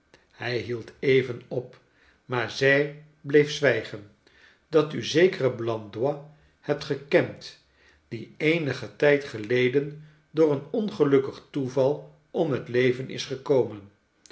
hij hield even op maar zij bleef z wij gen dat u zeker en blandois hebt gekend die eenigen tijd geleden door een ongelukkig toeval om het leven is gekomen